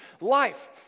life